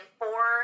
four